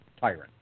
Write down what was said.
tyrant